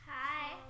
Hi